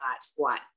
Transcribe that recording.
squat